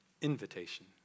invitation